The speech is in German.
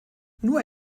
nur